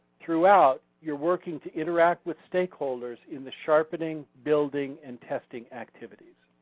throughout, you're working to interact with stakeholders in the sharpening, building, and testing activities.